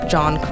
John